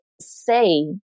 say